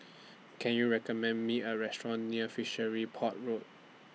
Can YOU recommend Me A Restaurant near Fishery Port Road